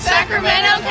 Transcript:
Sacramento